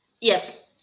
Yes